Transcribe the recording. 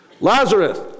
Lazarus